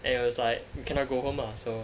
and it was like you cannot go home lah so